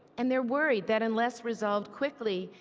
and the are worried that unless resolved quickly,